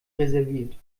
reserviert